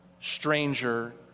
stranger